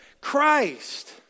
Christ